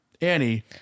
Annie